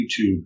YouTube